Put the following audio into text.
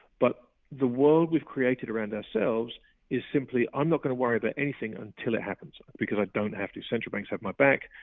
but the world we've created around ourselves is simply i'm not going to worry about anything until it happens, because i don't have to. central banks have my back,